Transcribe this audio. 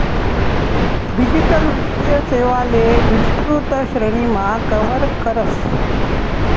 digital वित्तीय सेवांले विस्तृत श्रेणीमा कव्हर करस